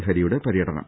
ഹരിയുടെ പര്യടനം